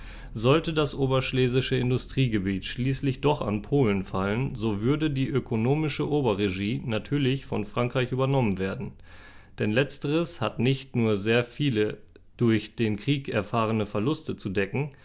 sollte das oberschlesische industriegebiet schließlich doch an polen fallen so würde die ökonomische oberregie natürlich von frankreich übernommen werden denn letzteres hat nicht nur sehr viele durch den krieg erfahrene verluste zu decken